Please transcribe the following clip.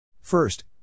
First